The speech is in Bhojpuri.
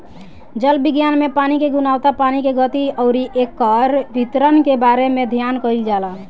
जल विज्ञान में पानी के गुणवत्ता पानी के गति अउरी एकर वितरण के बारे में अध्ययन कईल जाला